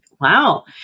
wow